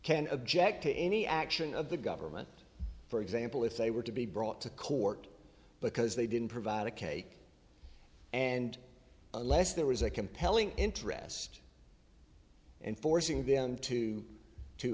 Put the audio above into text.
an object to any action of the government for example if they were to be brought to court because they didn't provide a cake and unless there was a compelling interest in forcing them to to